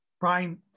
Brian